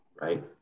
right